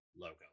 logo